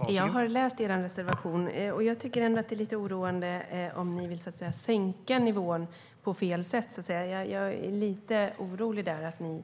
Herr talman! Jag har läst er reservation. Det är lite oroande om ni vill sänka nivån på fel sätt. Jag är lite orolig att ni